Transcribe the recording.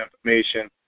information